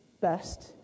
best